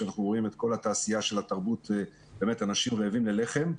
ואנחנו רואים את התעשייה של התרבות ושאנשים רעבים ללחם.